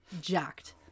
jacked